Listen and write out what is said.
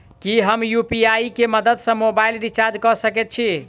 की हम यु.पी.आई केँ मदद सँ मोबाइल रीचार्ज कऽ सकैत छी?